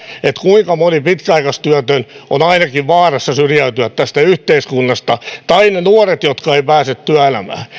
kuinka moni pitkäaikaistyötön on ainakin vaarassa syrjäytyä tästä yhteiskunnasta tai ne nuoret jotka eivät pääse työelämään